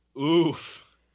Oof